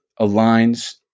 aligns